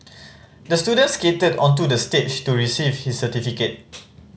the student skated onto the stage to receive his certificate